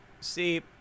See